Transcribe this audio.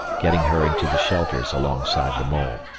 getting her into the shelters alongside the mole.